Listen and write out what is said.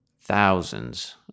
thousands